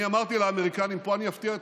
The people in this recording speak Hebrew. אני אמרתי לאמריקנים, פה אני אפתיע אתכם,